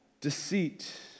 deceit